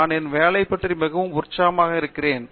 நான் என் வேலை பற்றி மிகவும் உற்சாகமாக இருக்கிறேன்